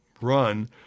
run